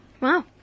Wow